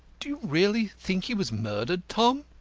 do you really think he was murdered, tom?